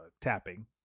tapping